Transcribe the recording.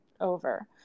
over